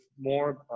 more